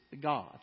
God